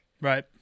Right